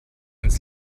ins